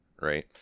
right